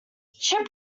ship